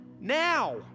now